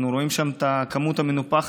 אנחנו רואים שם את המספר המנופח,